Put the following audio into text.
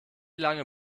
lange